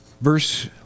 verse